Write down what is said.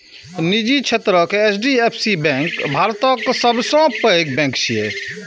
निजी क्षेत्रक HDFC bank भारतक सबसं पैघ बैंक छियै